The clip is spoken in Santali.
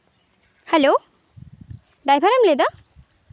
ᱦᱮᱞᱳ ᱰᱨᱟᱭᱵᱷᱟᱨ ᱮᱢ ᱞᱟᱹᱭᱮᱫᱟ